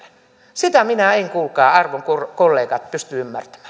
sitä minä en kuulkaa arvon kollegat pysty